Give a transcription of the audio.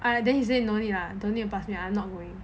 and then he say no need lah don't need to pass me I'm not going